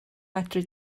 medru